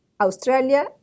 Australia